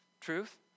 truth